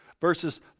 verses